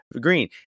green